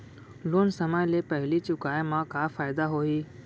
Loan समय ले पहिली चुकाए मा का फायदा होही?